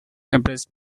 impressed